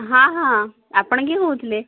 ହଁ ହଁ ଆପଣ କିଏ କହୁଥିଲେ